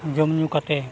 ᱡᱚᱢᱼᱧᱩ ᱠᱟᱛᱮᱫ